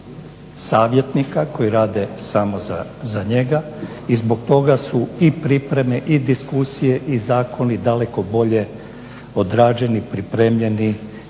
savjetnika koji rade samo za njega i zbog toga su i pripreme i diskusije i zakoni daleko bolje odrađeni, pripremljeni